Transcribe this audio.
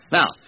Now